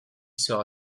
sera